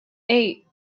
eight